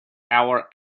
our